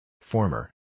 Former